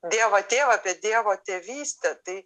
dievą tėvą apie dievo tėvystę tai